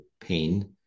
pain